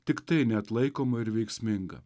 tik tai neatlaikoma ir veiksminga